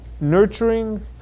nurturing